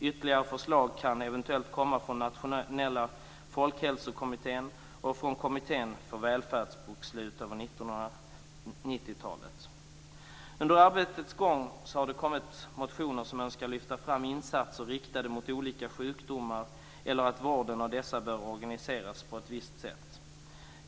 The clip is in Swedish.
Ytterligare förslag kan eventuellt komma från Nationella folkhälsokommittén och från Kommittén för välfärdsbokslut över 1990-talet. Under arbetets gång har det kommit motioner där det framgår att man önskar lyfta fram insatser riktade mot olika sjukdomar eller att vården av dessa sjukdomar bör organiseras på ett visst sätt.